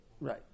Right